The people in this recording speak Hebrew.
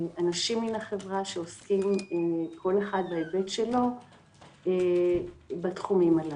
אנשים מהחברה שעוסקים כל אחד בהיבט שלו בתחומים הללו.